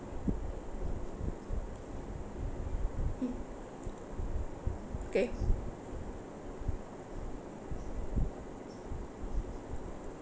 mm okay